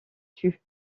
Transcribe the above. tue